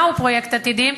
מהו פרויקט "עתידים",